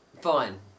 fine